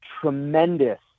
tremendous